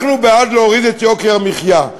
אנחנו בעד להוריד את יוקר המחיה,